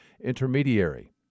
intermediary